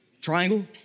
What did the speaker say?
Triangle